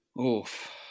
Oof